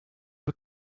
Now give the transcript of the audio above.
but